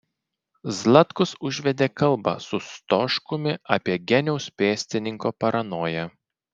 zlatkus užvedė kalbą su stoškumi apie geniaus pėstininko paranoją